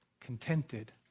contented